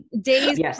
Days